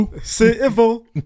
Civil